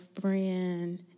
friend